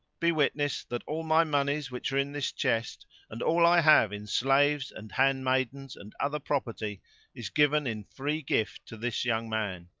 be witness that all my monies which are in this chest and all i have in slaves and handmaidens and other property is given in free gift to this young man.